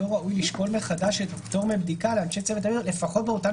לא ראוי לשקול מחדש את הפטור מבדיקה לאנשי צוות האוויר לפחות באותן